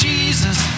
Jesus